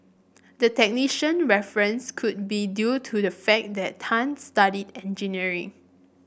the technician reference could be due to the fact that Tan studied engineering